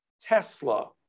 Tesla